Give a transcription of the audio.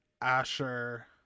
Asher